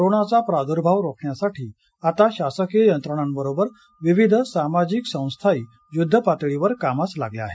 कोरोनाचा प्रादुर्भाव रोखण्यासाठी आता शासकीय यंत्रणांबरोबर विविध सामाजिक संस्थांही युद्धपातळीवर कामास लागल्या आहेत